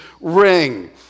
ring